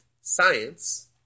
science